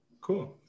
Cool